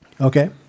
Okay